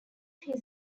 his